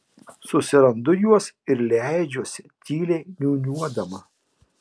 susirandu juos ir leidžiuosi tyliai niūniuodama